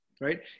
right